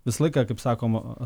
visą laiką kaip sakoma